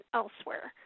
elsewhere